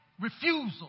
Refusal